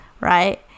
right